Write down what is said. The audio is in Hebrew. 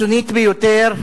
הקיצונית ביותר,